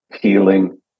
healing